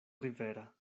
rivera